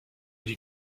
dit